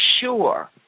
sure